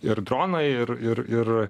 ir dronai ir ir ir